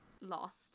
lost